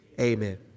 Amen